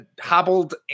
hobbled